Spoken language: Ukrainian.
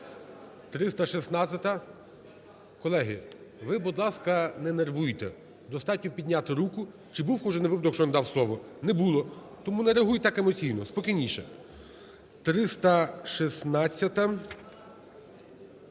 316-а. Колеги, ви, будь ласка, не нервуйте. Достатньо підняти руку. Чи був випадок, що я не надав слово? Не було. Тому не реагуй так емоційно. Спокійніше. 316-а.